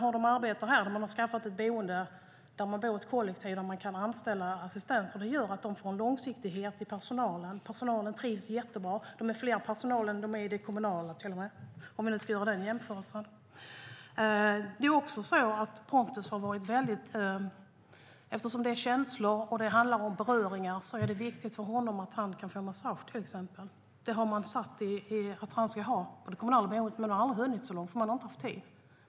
Skillnaden här är att människor bor i ett kollektiv och kan anställa assistenter. Det gör att det blir en långsiktighet i fråga om personalen. Personalen trivs jättebra. Det är fler i personalen där än i den kommunala verksamheten, om jag nu ska göra den jämförelsen. När det gäller känslor och beröring är det viktigt för Pontus att få massage. På det kommunala boendet skulle han ha fått massage. Men man har aldrig hunnit så långt.